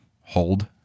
hold